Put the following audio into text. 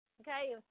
okay